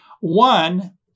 One